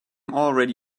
already